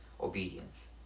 Obedience